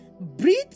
breathe